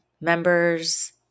members